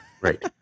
Right